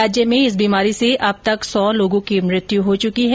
राज्य में इस बीमारी से अब तक सौ लोगों की मृत्यु हो चुकी है